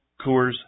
Coors